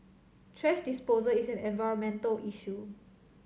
thrash disposal is an environmental issue